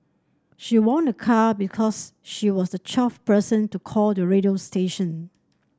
she won a car because she was the twelfth person to call the radio station